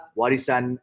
warisan